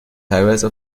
teilweise